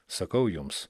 sakau jums